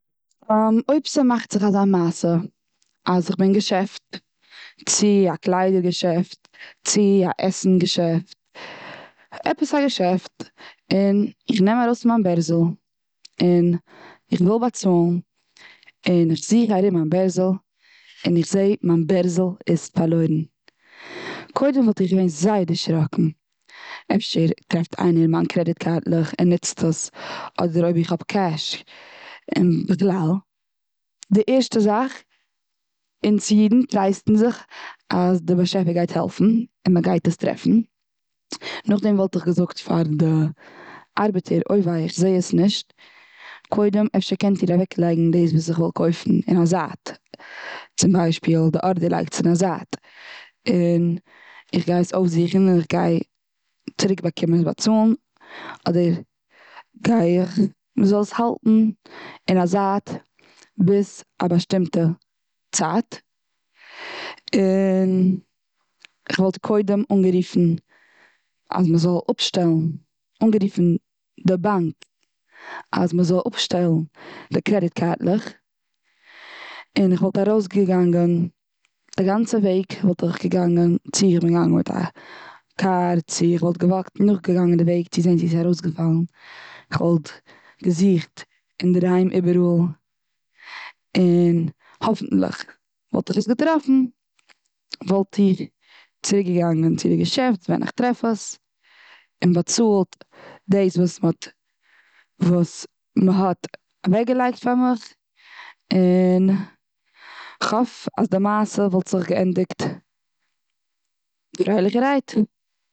אויב ס'מאכט זיך אזא מעשה אז כ'בין און געשעפט. צו א קליידער געשעפט, צו א עסן געשעפט עפעס א געשעפט. און איך נעם ארויס מיין בערזל און איך וויל באצאלן. און איך זיך ארום מיין בערזל. און איך זעה מיין בערזל איז פארלוירן. קודם וואלט איך געווען זייער דערשראקן. אפשר טרעפט איינער מיין בערזל. און ער ניצט עס. אדער אויב איך האב קעש, און בכלל. די ערשטע זאך, אונז אידן טרייסטן זיך אז די באשעפער גייט העלפן. און מ'גייט עס טרעפן. נאך דעם וואלט איך געזאגט פאר די ארבעטער אז אוי וויי איך זעה עס נישט. קודם אפשר קענט איר אוועקלייגן דאס וואס איך וויל קויפן און א זייט. צום ביישפיל די ארדער לייגט אין א זייט, און איך גיי עס אויפזוכן. און איך גיי צוריק קומען עס באצאלן. אדער גיי איך. מ'זאל עס האלטן און א זייט, ביז א באשטומטע צייט. און כ'וואלט קודם אנגערופן אז מ'זאל אפשטעלן. אנגערופן די באנק, אז מ'זאל אפשטעלן די קרעדיט קארטלעך. און איך וואלט ארויס געגאנגען. די גאנצע וועג וואלט איך געגאנגען, צו כ'בין געגאנגען מיט א קאר. צו כ'וואלט געוואקט נאך געגאנגען די וועג צו זעהן צו ס'איז ארויסגעפאלן. כ'וואלט געזוכט אינדערהיים איבעראל. און האפענטליך וואלט איך עס געטראפן. וואלט איך צוריק געגאנגען צו די געשעפט, ווען איך טרעף עס. און באצאלט דאס וואס מ'האט. דאס וואס מ'האט אוועק געלייגט פאר מיך. און כ'האף אז די מעשה וואלט זיך געענדיגט פרייליכערהייט.